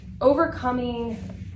overcoming